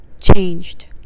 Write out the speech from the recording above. changed